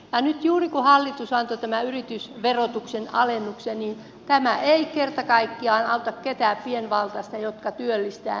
nyt juuri kun hallitus antoi tämän yritysverotuksen alennuksen niin tämä ei kerta kaikkiaan auta ketään pienvaltaista yrityksiä jotka työllistävät